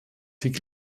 die